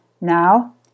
Now